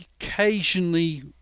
Occasionally